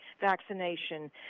vaccination